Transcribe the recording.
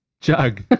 Jug